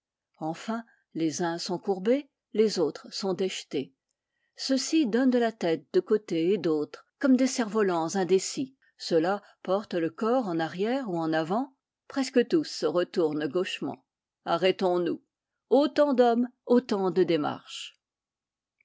enfin les uns sont courbés les autres sont déjetés ceux-ci donnent de la tête de côté et d'autre comme des cerfs volants indécis ceux-là portent le corps en arrière ou en avant presque tous se retournent gauchement arrêtons-nous autant d'hommes autant de démarches